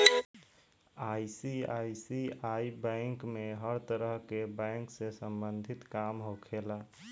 ICICI bank में हर तरह के बैंक से सम्बंधित काम होखेला